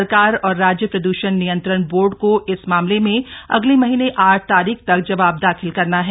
सरकार और राज्य प्रद्षण नियंत्रण बोर्थ को इस मामले में अगले महीने आठ तारीख तक जवाब दाखिल करना है